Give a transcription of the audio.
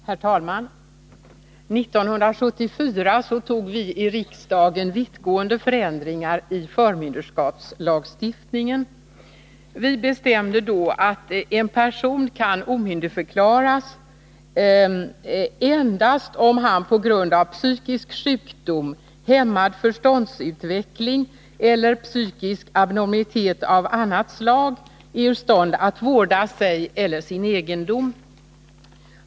Herr talman! 1974 beslutade vi i riksdagen om vittgående förändringar i förmynderskapslagstiftningen. Vi bestämde då att en person kan omyndigförklaras endast om han på grund av psykisk sjukdom, hämmad förståndsutveckling eller psykisk abnormitet av annat slag är ur stånd att vårda sig eller sin egendom.